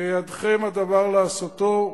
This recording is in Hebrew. בידכם הדבר לעשותו,